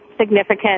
significant